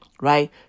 right